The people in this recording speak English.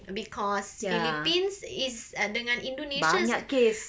because philippines is uh dengan indonesia s~